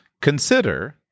consider